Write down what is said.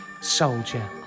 soldier